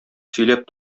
сөйләп